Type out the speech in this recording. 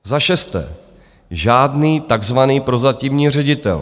Za šesté žádný takzvaný prozatímní ředitel.